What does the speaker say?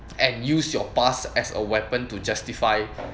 and use your past as a weapon to justify